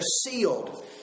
sealed